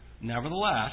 Nevertheless